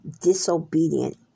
disobedient